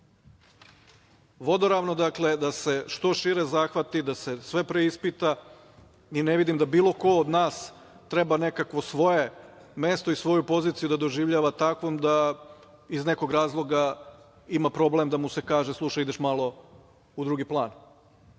vodoravno da se što šire zahvati, da se sve preispita i ne vidim da bilo ko od nas treba nekakvo svoje mesto i svoju poziciju da doživljava takvom da iz nekog razloga ima problem da mu se kaže - slušaj ideš malo u drugi plan. Na